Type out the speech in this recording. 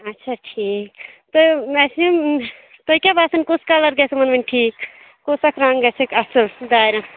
اَچھا ٹھیٖک تُہۍ مےٚ چھِ یِم تۄہہِ کیٛاہ باسان کُس کَلَر گَژھِ یِمَن وۅنۍ ٹھیٖک کُس اکھ رَنٛگ گَژھٮ۪کھ اَصٕل دارٮ۪ن